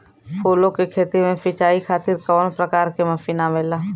फूलो के खेती में सीचाई खातीर कवन प्रकार के मशीन आवेला?